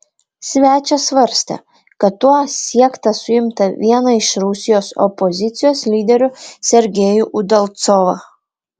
svečias svarstė kad tuo siekta suimti vieną iš rusijos opozicijos lyderių sergejų udalcovą